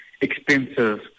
expensive